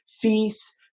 feasts